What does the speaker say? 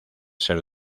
ser